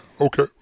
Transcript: Okay